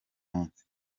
munsi